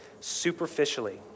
superficially